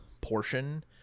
portion